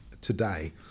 today